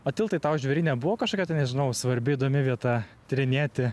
o tiltai tau žvėryne buvo kažkokia ten nežinau svarbi įdomi vieta tyrinėti